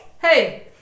hey